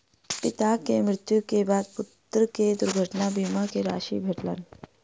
पिता के मृत्यु के बाद पुत्र के दुर्घटना बीमा के राशि भेटलैन